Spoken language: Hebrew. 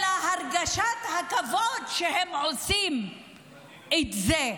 הרגשת הכבוד כשהם עושים את זה.